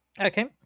Okay